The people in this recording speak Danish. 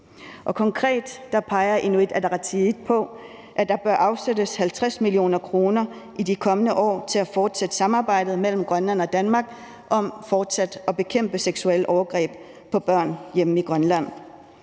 Konkret peger Inuit Ataqatigiit på, at der bør afsættes 50 mio. kr. i de kommende år til at fortsætte samarbejdet mellem Grønland og Danmark om fortsat at bekæmpe seksuelle overgreb på børn hjemme i Grønland.